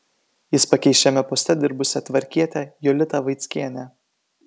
jis pakeis šiame poste dirbusią tvarkietę jolitą vaickienę